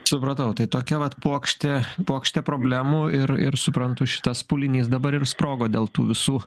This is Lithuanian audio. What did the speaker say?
supratau tai tokia vat puokštė puokštė problemų ir ir suprantu šitas pūlinys dabar ir sprogo dėl tų visų